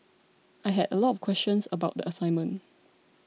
I had a lot of questions about the assignment